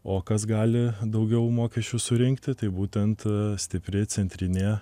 o kas gali daugiau mokesčių surinkti tai būtent stipri centrinė